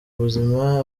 ubuzima